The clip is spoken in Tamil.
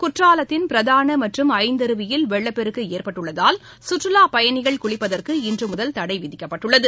குற்றாலத்தின் பிரதான மற்றும் ஐந்தருவியில் வெள்ளப் பெருக்கு ஏற்பட்டுள்ளதால் சுற்றுலா பயணிகள் குளிப்பதற்கு இன்று முதல் தடை விதிக்கப்பட்டுள்ளது